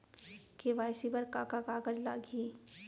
KYC बर का का कागज लागही?